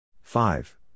five